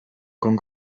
con